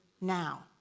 now